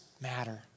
matter